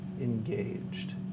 engaged